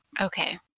okay